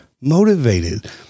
motivated